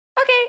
Okay